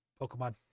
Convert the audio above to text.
Pokemon